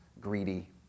greedy